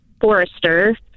Forester